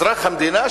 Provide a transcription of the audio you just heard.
אזרח המדינה,